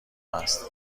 است